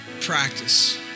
practice